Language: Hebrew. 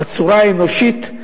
בצורה האנושית,